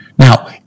Now